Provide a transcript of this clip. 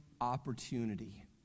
opportunity